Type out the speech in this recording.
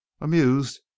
amused